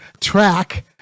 track